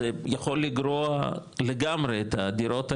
זה יכול לגרוע לגמרי את הדירות האלה,